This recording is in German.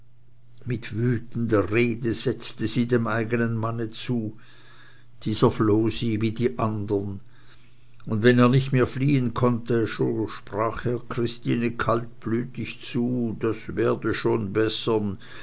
mit wütender rede setzte sie dem eigenen manne zu dieser floh wie die andern und wenn er nicht mehr fliehen konnte so sprach er christine kaltblütig zu das werde schon bessern